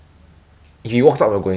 can of course lah